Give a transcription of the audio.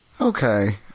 Okay